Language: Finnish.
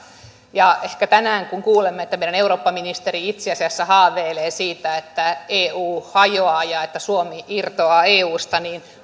ehkä tänään kun kuulimme että meidän eurooppaministerimme itse asiassa haaveilee siitä että eu hajoaa ja että suomi irtoaa eusta